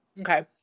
Okay